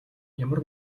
ямар